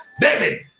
david